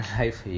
life